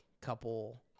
couple –